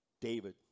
David